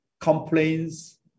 complaints